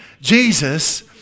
jesus